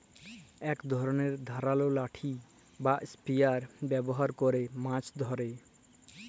ইক ধরলের ধারালো লাঠি বা ইসপিয়ার ব্যাভার ক্যরে মাছ ধ্যরে